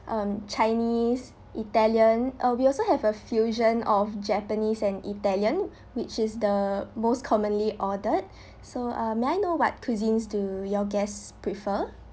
um chinese italian oh we also have a fusion of japanese and italian which is the most commonly ordered so uh may I know what cuisines do your guests prefer